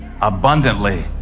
abundantly